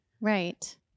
right